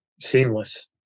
seamless